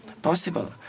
possible